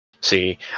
See